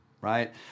right